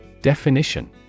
Definition